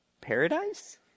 Paradise